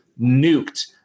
nuked